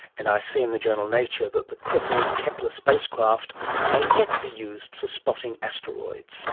and i see in the journal nature that the crippled kepler spacecraft may yet be used for spotting asteroids